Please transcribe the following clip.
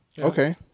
Okay